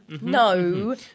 no